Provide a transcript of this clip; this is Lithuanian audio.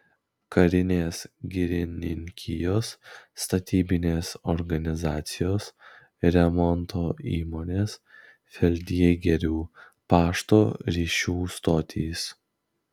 karinės girininkijos statybinės organizacijos remonto įmonės feldjėgerių pašto ryšių stotys